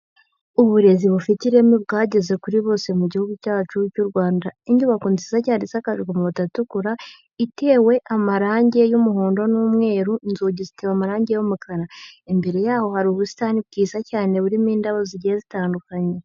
Uburezi bufite ireme bwageze kuri bose mu gihugu cyacu cy'u Rwanda. Inyubako nziza cyane isakaje amabati atukura, itewe amarangi y'umuhondo n'umweru, inzugi ziteye amarangi y'umukara. Imbere yaho hari ubusitani bwiza cyane burimo indabo zigiye zitandukanye.